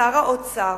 לשר האוצר,